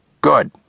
Good